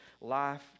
Life